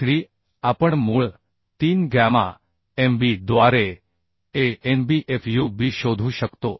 VSD आपण मूळ 3 gamma mB द्वारे AnBFUB शोधू शकतो